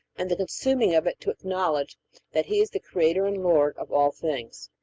and the consuming of it to acknowledge that he is the creator and lord of all things.